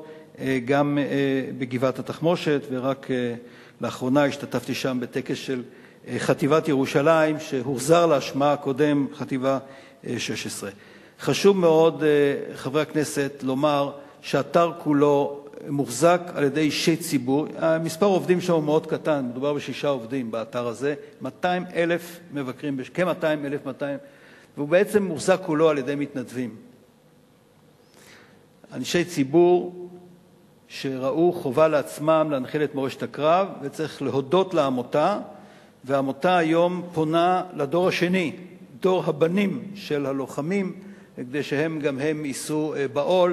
על פלישות המבוצעות